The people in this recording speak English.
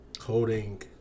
Holding